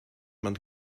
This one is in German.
man